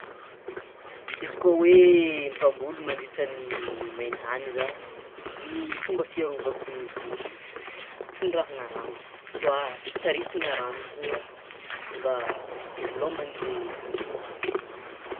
Izy koa hoe mpamboly mandritran'ny mentagny zah ny fomba fiarovako ny voly, tondrahana rano soit taritina rano koa mba hivelomanle voly zany.